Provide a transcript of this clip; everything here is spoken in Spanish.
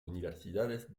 universidades